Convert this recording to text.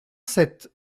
sept